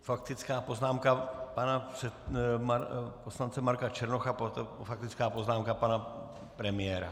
Faktická poznámka pana poslance Marka Černocha, potom faktická poznámka pana premiéra.